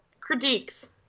critiques